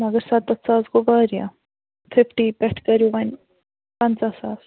مگر سَتتھ ساس گوٚو واریاہ فِفٹی پٮ۪ٹھ کٔرِو وۅنۍ پَنٛژاہ ساس